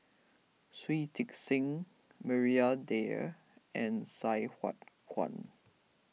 Shui Tit Sing Maria Dyer and Sai Hua Kuan